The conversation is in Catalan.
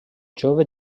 jove